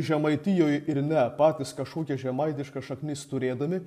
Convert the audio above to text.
žemaitijoj ir ne patys kažkokias žemaitiškas šaknis turėdami